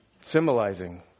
Symbolizing